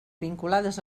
vinculades